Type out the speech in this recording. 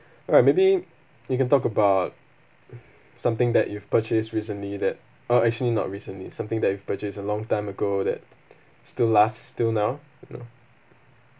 alright maybe you can talk about something that you've purchased recently that uh actually not recently something that you've purchased a long time ago that still last till now you know